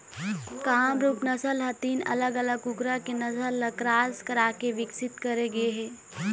कामरूप नसल ह तीन अलग अलग कुकरा के नसल ल क्रास कराके बिकसित करे गे हे